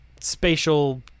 spatial